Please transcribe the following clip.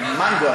מנגו,